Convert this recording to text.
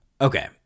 Okay